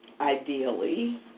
ideally